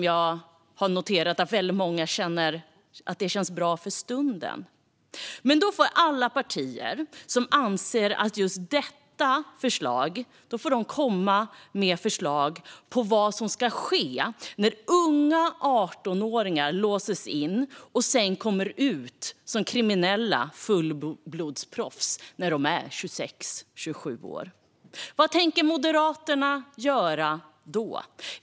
Jag har noterat att många tycker att detta känns bra för stunden. Men de partier som är för detta måste då komma med förslag på vad som ska ske när unga 18-åringar låses in och sedan kommer ut som kriminella fullblodsproffs när de är 26-27 år. Vad tänker Moderaterna göra då?